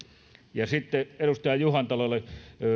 ja sitten edustaja juhantalolle